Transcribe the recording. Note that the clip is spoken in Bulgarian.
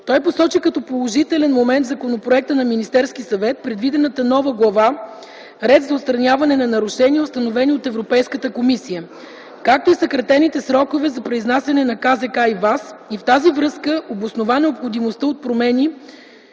Той посочи като положителен момент в законопроекта на Министерския съвет предвидената нова глава „Ред за отстраняване на нарушения, установени от Европейската комисия”, както и съкратените срокове за произнасяне на КЗК и ВАС и в тази връзка обоснова необходимостта от промени